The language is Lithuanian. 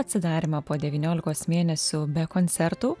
atsidarymą po devyniolikos mėnesių be koncertų